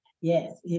Yes